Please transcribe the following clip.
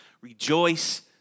rejoice